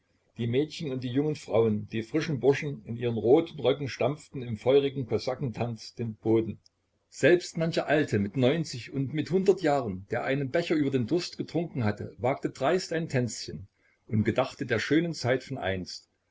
die mädchen und die jungen frauen die frischen burschen in ihren roten röcken stampften im feurigen kosakentanz den boden selbst mancher alte mit neunzig und mit hundert jahren der einen becher über den durst getrunken hatte wagte dreist ein tänzchen und gedachte der schönen zeit von einst